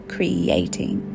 Creating